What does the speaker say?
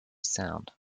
sound